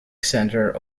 centre